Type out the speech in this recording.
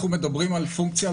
אנחנו מדברים על פונקציה,